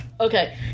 Okay